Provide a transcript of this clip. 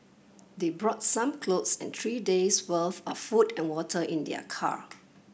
they brought some clothes and three days' worth of food and water in their car